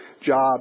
job